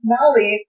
Molly